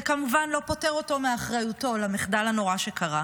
זה כמובן לא פוטר אותו מאחריותו למחדל הנורא שקרה,